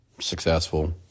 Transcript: successful